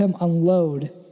unload